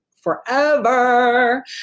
forever